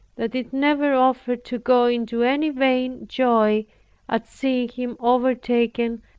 that it never offered to go into any vain joy at seeing him overtaken,